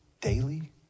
daily